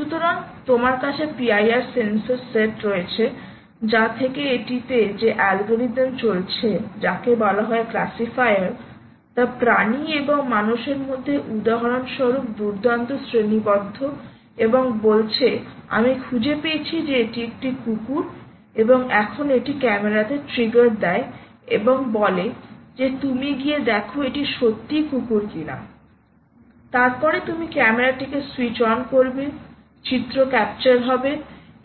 সুতরাং তোমার কাছে PIR সেন্সর সেট রয়েছে যা থেকে এটিতে যে অ্যালগরিদম চলছে যাকে বলা হয় ক্লাসিফায়ার তা প্রাণী এবং মানুষের মধ্যে উদাহরণস্বরূপ দুর্দান্ত শ্রেণিবদ্ধ এবং বলছে আমি খুঁজে পেয়েছি যে এটি একটি কুকুর এবং এখন এটি ক্যামেরাতে ট্রিগার দেয় এবং বলে যে তুমি গিয়ে দেখো এটি সত্যই কুকুর কিনা তারপরে তুমি ক্যামেরাটি স্যুইচ অন করবে চিত্র ক্যাপচার হবে